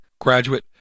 graduate